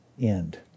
end